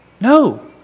No